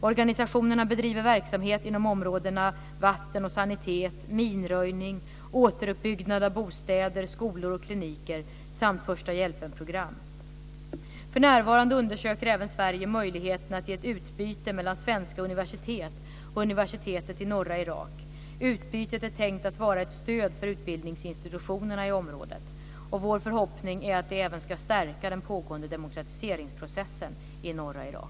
Organisationerna bedriver verksamhet inom områdena vatten och sanitet, minröjning, återuppbyggnad av bostäder, skolor och kliniker samt förstahjälpenprogram. För närvarande undersöker även Sverige möjligheterna till ett utbyte mellan svenska universitet och universitetet i norra Irak. Utbytet är tänkt att vara ett stöd för utbildningsinstitutionerna i området. Vår förhoppning är att detta även ska stärka den pågående demokratiseringsprocessen i norra Irak.